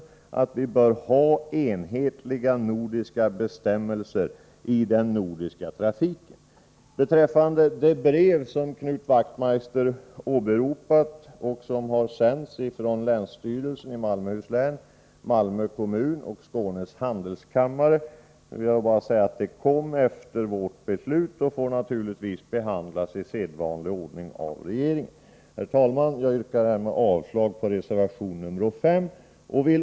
Vi bör ha enhetliga nordiska bestämmelser i den nordiska trafiken. Beträffande det brev som Knut Wachtmeister har åberopat — det har sänts från länsstyrelsen i Malmöhus län, Malmö kommun och Skånes handelskammare — vill jag bara säga att det kom efter vårt beslut och naturligtvis får behandlas i sedvanlig ordning av regeringen. Herr talman! Jag yrkar härmed avslag på reservation 5.